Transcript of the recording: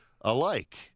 alike